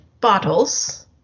bottles